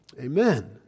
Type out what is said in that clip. Amen